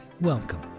Welcome